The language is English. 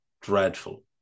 dreadful